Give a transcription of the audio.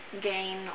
gain